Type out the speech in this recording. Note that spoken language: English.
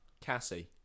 cassie